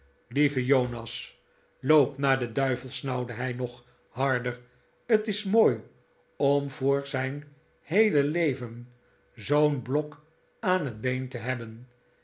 lieve jonas loop naar den duivel snauwde hij nog harder t is mooi om voor zijn heele leven zoo'n blok aan het been te hebben